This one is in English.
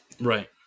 Right